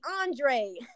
Andre